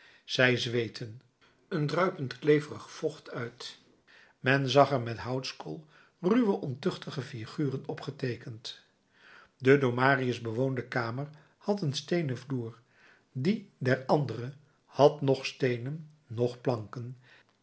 zij zweetten een druipend kleverig vocht uit men zag er met houtskool ruwe ontuchtige figuren op geteekend de door marius bewoonde kamer had een steenen vloer die der andere had noch steenen noch planken